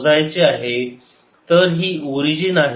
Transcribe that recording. तर ही ओरिजिन आहे